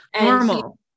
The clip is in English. Normal